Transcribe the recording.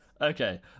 Okay